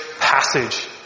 passage